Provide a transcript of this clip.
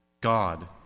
God